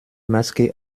maske